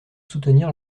soutenir